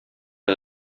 les